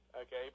okay